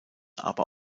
aber